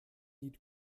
die